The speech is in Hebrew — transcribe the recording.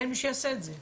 אין מי שיעשה את זה כרגע.